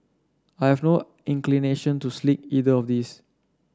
I have no inclination to either of these